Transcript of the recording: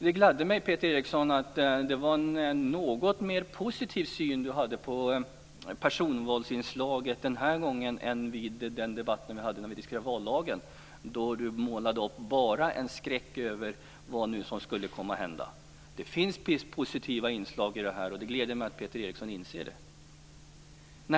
Det gladde mig att Peter Eriksson hade en något mer positiv syn på personvalsinslaget denna gång än vid den debatt vi hade när vi diskuterade vallagen, då han bara målade upp en skräckbild av vad som skulle hända. Det finns positiva inslag i detta, och det gläder mig att Peter Eriksson inser det.